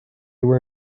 were